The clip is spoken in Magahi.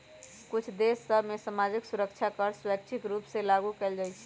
कुछ देश सभ में सामाजिक सुरक्षा कर स्वैच्छिक रूप से लागू कएल जाइ छइ